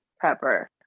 pepper